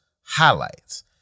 highlights